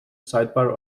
sidebar